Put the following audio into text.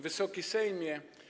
Wysoki Sejmie!